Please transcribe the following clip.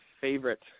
favorite